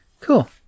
cool